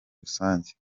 rusange